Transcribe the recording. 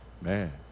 Man